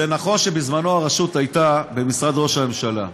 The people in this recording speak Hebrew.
זה נכון שבזמנו הרשות הייתה במשרד ראש הממשלה.